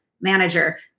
manager